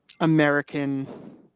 American